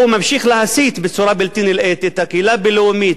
הוא ממשיך להסית בצורה בלתי נלאית את הקהילה הבין-לאומית,